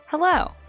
Hello